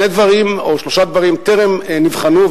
שלושה דברים טרם נבחנו,